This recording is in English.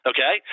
Okay